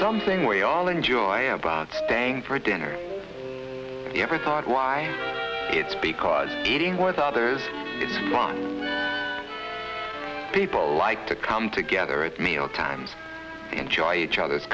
something we all enjoy about staying for dinner you ever thought why it's because eating with others if you want the the people like to come together at meal times enjoy each other's